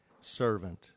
servant